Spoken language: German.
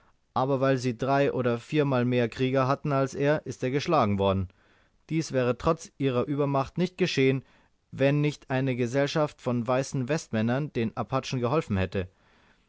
aber weil sie drei oder viermal mehr krieger hatten als er ist er geschlagen worden dies wäre trotz ihrer uebermacht nicht geschehen wenn nicht eine gesellschaft von weißen westmännern den apachen geholfen hätte